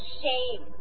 shame